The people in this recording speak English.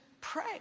pray